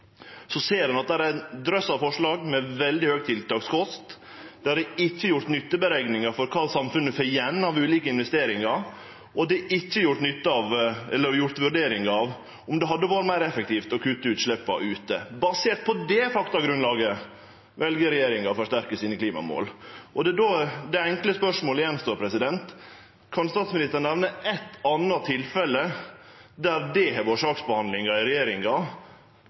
ein ser at det er ein drøss av forslag med veldig høg tiltakskost, det er ikkje gjort nytteberekningar av kva samfunnet får igjen av ulike investeringar, og det er ikkje gjort vurderingar av om det hadde vore meir effektivt å kutte utsleppa ute. Basert på det faktagrunnlaget vel regjeringa å forsterke klimamåla sine. Det er då det enkle spørsmålet står att: Kan statsministeren nemne eitt anna tilfelle der det har vore slik saksbehandling i regjeringa